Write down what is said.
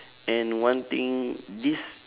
and one thing this